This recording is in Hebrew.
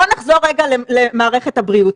בוא נחזור למערכת הבריאות.